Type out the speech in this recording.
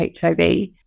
HIV